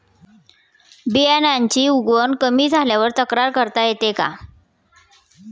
बियाण्यांची उगवण कमी झाल्यास तक्रार करता येते का?